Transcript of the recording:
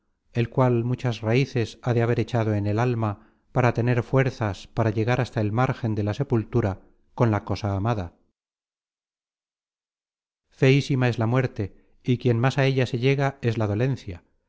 el cual muchas raíces ha de haber echado en el alma para tener fuerzas para llegar hasta el márgen de la sepultura con la cosa amada feísima es la muerte y quien más á ella se llega es la dolencia